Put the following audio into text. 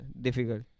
Difficult